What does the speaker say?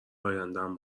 ایندم